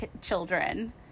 children